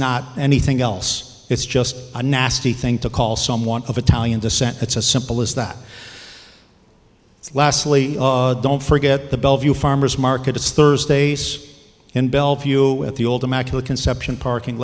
not anything else it's just a nasty thing to call someone of italian descent it's as simple as that lastly don't forget the bellevue farmer's market it's thursdays in bellevue at the old immaculate conception parking